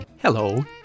Hello